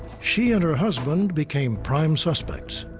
she and her husband became prime suspects.